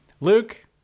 Luke